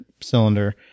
cylinder